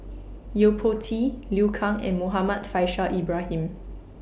Yo Po Tee Liu Kang and Muhammad Faishal Ibrahim